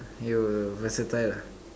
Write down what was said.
you versatile lah